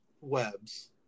webs